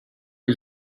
are